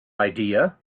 idea